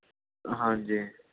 ਹਾਂਜੀ